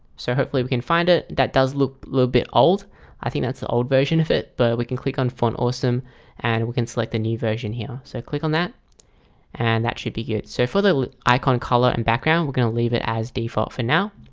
so hopefully we can find it that does look a little bit old i think that's the old version of it, but we can click on front awesome and we can select the new version here so click on that and that should be good so for the icon color and background, we're going to leave it as default for now.